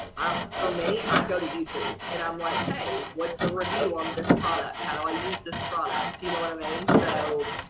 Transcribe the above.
ah for me, i go to youtube and i'm like, hey, what's the review on this product? how do i use this product? do you know what i mean? so,